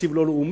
תקציב לא לאומי,